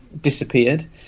disappeared